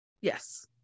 yes